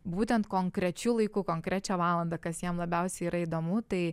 būtent konkrečiu laiku konkrečią valandą kas jam labiausiai yra įdomu tai